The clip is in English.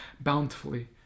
bountifully